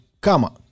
kama